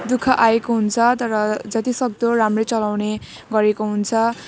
दुःख आएको हुन्छ तर जतिसक्दो राम्रै चलाउने गरेको हुन्छ